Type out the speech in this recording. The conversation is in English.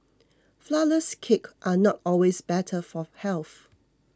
Flourless Cakes are not always better for health